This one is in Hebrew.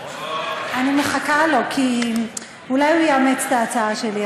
אני מחכה לו כי אולי הוא יאמץ את ההצעה שלי,